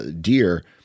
deer